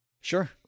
Sure